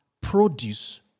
produce